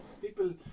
people